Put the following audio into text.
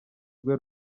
rwe